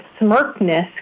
smirkness